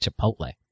chipotle